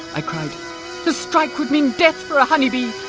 i cried to strike would mean death for a honeybee!